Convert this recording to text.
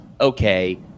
okay